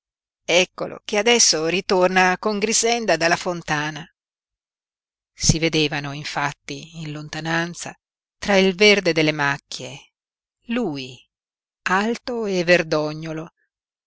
eccolo che adesso ritorna con grixenda dalla fontana si vedevano infatti in lontananza tra il verde delle macchie lui alto e verdognolo